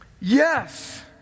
yes